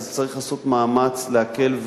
אז צריך לעשות מאמץ להקל,